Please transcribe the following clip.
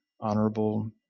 honorable